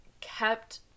kept